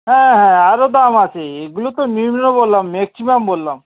হ্যাঁ হ্যাঁ আরও দাম আছে এগুলো তো নিম্ন বললাম ম্যাক্সিমাম বললাম